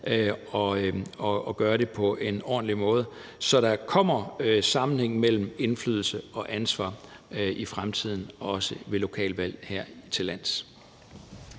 og gøre det på en ordentlig måde, så der kommer sammenhæng mellem indflydelse og ansvar i fremtiden, også ved lokalvalgene hertillands.